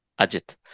Ajit